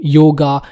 yoga